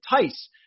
Tice